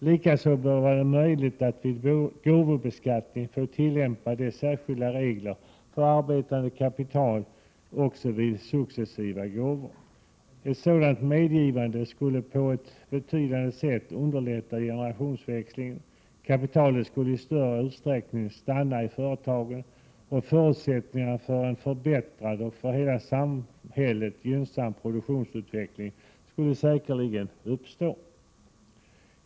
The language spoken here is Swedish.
Likaså bör det vara möjligt att vid gåvobeskattning få tillämpa de särskilda reglerna för arbetande kapital också när det handlar om successiva gåvor. Ett sådant medgivande sätt skulle på betydande sätt underlätta generationsväxlingen. Kapitalet skulle i större utsträckning stanna i företagen, och förutsättningar för en förbättrad och för hela samhället gynnsam produktionsutveckling skulle säkerligen uppstå.